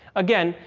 again,